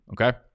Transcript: okay